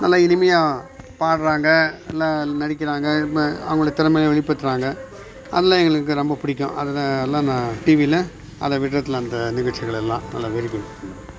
நல்ல இனிமையாக பாடுகிறாங்க நல்லா நடிக்கிறாங்க அவர்களோட திறமையை வெளிப்படுத்துகிறாங்க அதெலாம் எங்களுக்கு ரொம்ப பிடிக்கும் அதெலாம் எல்லாம் நான் டிவியில் அதில் விடுறதில அந்த நிகழ்ச்சிகளெல்லாம்